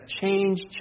change